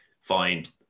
find